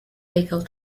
legal